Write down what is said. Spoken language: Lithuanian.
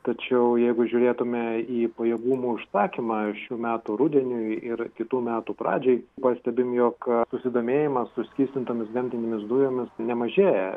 tačiau jeigu žiūrėtume į pajėgumų užsakymą šių metų rudeniui ir kitų metų pradžiai pastebim jog susidomėjimas suskystintomis gamtinėmis dujomis nemažėja